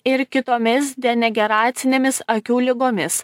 ir kitomis denegeracinėmis akių ligomis